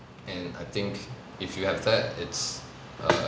and I think if you have that it's err